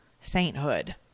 Sainthood